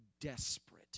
desperate